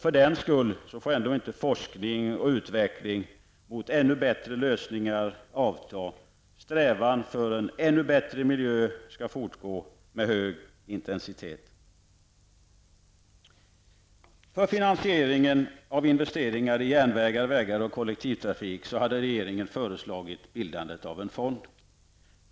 För den skull får inte forskning och utveckling mot ännu bättre lösningar avta. Strävan för en ännu bättre miljö skall fortgå med hög intensitet. För finansieringen av investeringar i järnvägar, vägar och kollektivtrafik hade regeringen föreslagit bildandet av en fond.